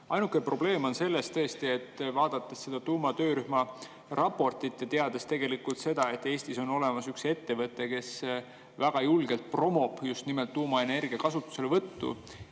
Ainuke probleem on tõesti selles, vaadates seda tuumatöörühma raportit ja teades, et Eestis on olemas üks ettevõte, kes väga julgelt promob just nimelt tuumaenergia kasutuselevõttu,